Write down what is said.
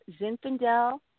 Zinfandel